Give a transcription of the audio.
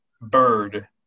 bird